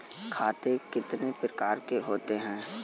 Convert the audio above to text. खाते कितने प्रकार के होते हैं?